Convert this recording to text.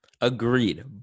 agreed